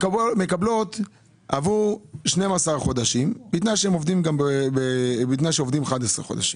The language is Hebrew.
מקבלות עבור 12 חודשים בתנאי שהן עובדות 11 חודשים.